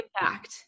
impact